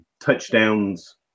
touchdowns